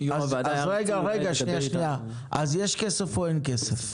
יש כסף או אין כסף?